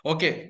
Okay